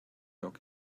dog